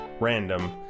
random